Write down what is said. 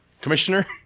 commissioner